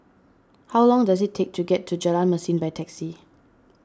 how long does it take to get to Jalan Mesin by taxi